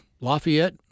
Lafayette